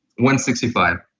165